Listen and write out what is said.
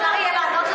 אפשר יהיה לענות,